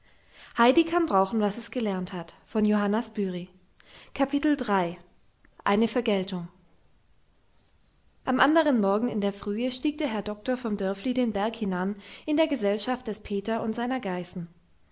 eine vergeltung am anderen morgen in der frühe stieg der herr doktor vom dörfli den berg hinan in der gesellschaft des peter und seiner geißen